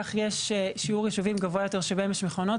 כך יש שיעור יישובים גבוה יותר שבהם יש מכונות.